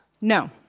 No